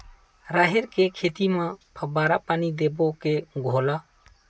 राहेर के खेती म फवारा पानी देबो के घोला?